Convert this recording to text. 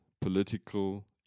political